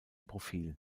profil